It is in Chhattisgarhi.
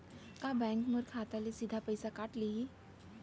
का बैंक मोर खाता ले सीधा पइसा काट लिही?